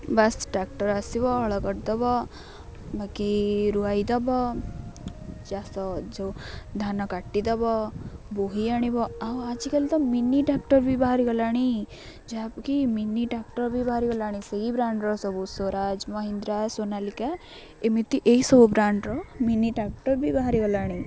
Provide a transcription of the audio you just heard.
ବାସ ଟ୍ରାକ୍ଟର୍ ଆସିବ ହଳ କରିଦେବ ବାକି ରୁଆଇ ଦେବ ଚାଷ ଯେଉଁ ଧାନ କାଟିଦେବ ବୋହି ଆଣିବ ଆଉ ଆଜିକାଲି ତ ମିନି ଟ୍ରାକ୍ଟର୍ ବି ବାହାରିଗଲାଣି ଯାହାକି ମିନି ଟ୍ରାକ୍ଟର୍ ବି ବାହାରିଗଲାଣି ସେଇ ବ୍ରାଣ୍ଡର ସବୁ ସ୍ଵରାଜ ମହିନ୍ଦ୍ରା ସୋନାଲିକା ଏମିତି ଏଇସବୁ ବ୍ରାଣ୍ଡର ମିନି ଟ୍ରାକ୍ଟର୍ ବି ବାହାରିଗଲାଣି